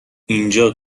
اینجا